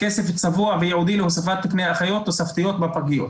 כסף צבוע וייעודי להוספת תקני אחיות תוספתיות בפגיות.